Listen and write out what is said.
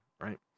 right